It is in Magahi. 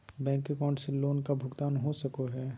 बैंक अकाउंट से लोन का भुगतान हो सको हई?